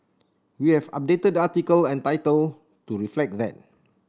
we have updated the article and title to reflect that